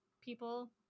people